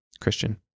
Christian